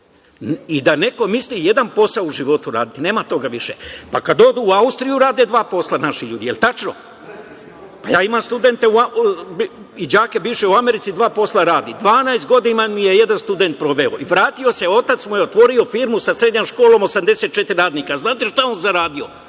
neko misli jedan posao u životu raditi, nema toga više. Kad odu u Austriju rade dva posla naši ljudi, jel tačno? Imam studente i bivše đake oni u Americi po dva posla radi. Dvanaest godina je jedan student proveo i vratio se, otac mu je otvorio firmu sa srednjom školom, 84 radnika. Znate šta je on zaradio?